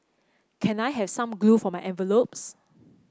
can I have some glue for my envelopes